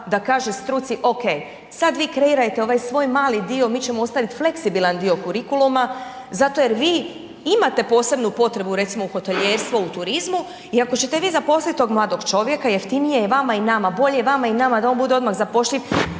da kaže struci ok, sad vi kreirajte ovaj svoj mali dio, mi ćemo ostaviti fleksibilan dio kurikuluma zato jer vi imate posebnu potrebu recimo u hotelijerstvu, u turizmu i jako ćete vi zaposliti tog mladog čovjeka, jeftinije je i vama i nama, bolje i vama i nama da on bude odmah zapošljiv,